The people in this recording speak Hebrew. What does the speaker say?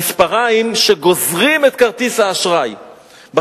6% ב-1882,